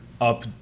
up